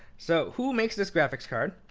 so who makes this graphics card?